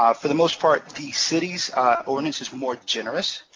um for the most part, the city's onus is more generous,